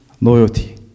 loyalty